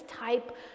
type